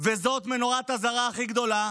וזאת נורת האזהרה הכי גדולה.